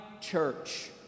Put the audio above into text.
church